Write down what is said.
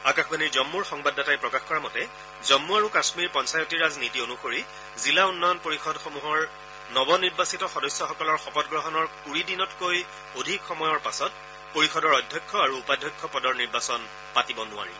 আকাশবাণীৰ জম্মুৰ সংবাদদাতাই প্ৰকাশ কৰা মতে জম্মু আৰু কাশ্মীৰ পঞ্চায়তীৰাজ নীতি অনুসৰি জিলা উন্নয়ন পৰিষদসমূহৰ নৱ নিৰ্বাচিত সদস্যসকলৰ শপত গ্ৰহণৰ কুৰি দিনতকৈ অধিক সময়ৰ পাছত পৰিষদৰ অধ্যক্ষ আৰু উপাধ্যক্ষ পদৰ নিৰ্বাচন পাতিব নোৱাৰি